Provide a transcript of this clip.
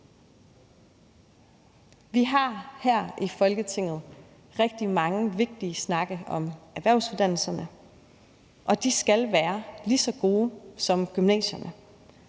Vi har her i Folketinget rigtig mange vigtige snakke om erhvervsuddannelserne, og de uddannelser skal være lige så gode som gymnasierne,